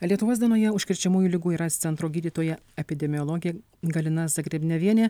lietuvos dienoje užkrečiamųjų ligų ir aids centro gydytoja epidemiologė galina zagrebnevienė